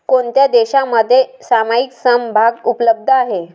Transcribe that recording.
कोणत्या देशांमध्ये सामायिक समभाग उपलब्ध आहेत?